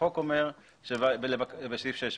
החוק אומר בסעיף 6ב: